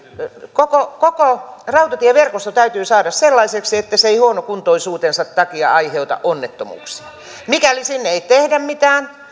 koko koko rautatieverkosto täytyy saada sellaiseksi että se ei huonokuntoisuutensa takia aiheuta onnettomuuksia mikäli sinne ei tehdä mitään